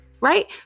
right